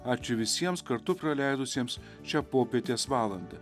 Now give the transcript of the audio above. ačiū visiems kartu praleidusiems šią popietės valandą